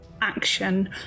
action